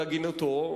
בהגינותו,